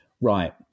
right